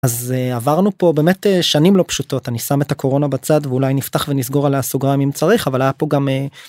אז עברנו פה באמת שנים לא פשוטות אני שם את הקורונה בצד ואולי נפתח ונסגור על הסוגריים אם צריך אבל היה פה גם.